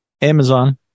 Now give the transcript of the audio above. Amazon